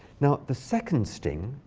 now, the second sting